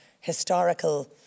historical